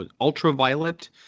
Ultraviolet